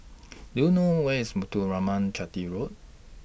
Do YOU know Where IS Muthuraman Chetty Road